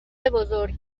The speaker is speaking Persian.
بزرگ